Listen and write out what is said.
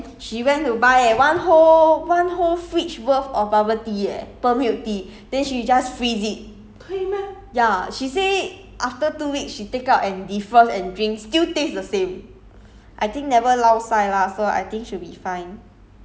like I think the day before bubble tea close then she went to buy eh one whole one whole frige worth of bubble tea eh pearl milk tea then she just freeze it ya she say after two weeks she take out and defrost and drink still taste the same